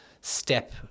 step